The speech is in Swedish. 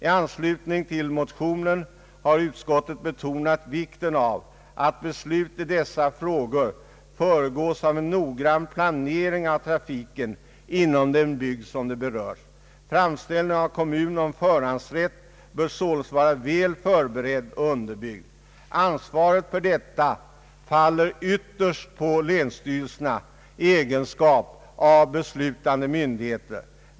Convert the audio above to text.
I anslutning till motionen har utskottet betonat vikten av att beslut i dessa frågor föregås av en noggrann planering av trafiken inom den bygd som berörs. Framställning av kommun om förhandsrätt bör således vara väl förberedd och underbyggd. Ansvaret för detta faller ytterst på länsstyrelserna i egenskap av beslutande myndigheter.